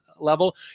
level